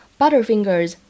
butterfingers